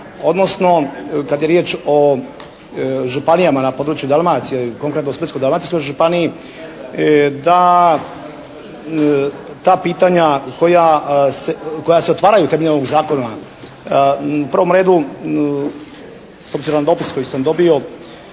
odnosno kad je riječ o županijama na području Dalmacije, konkretno Splitsko-Dalmatinskoj županiji da ta pitanja koja se otvaraju temeljem ovog Zakona u prvom redu s obzirom na dopis koji sam dobio